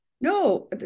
No